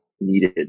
needed